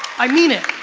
i mean it